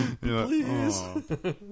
Please